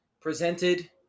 Presented